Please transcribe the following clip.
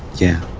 yeah